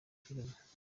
filime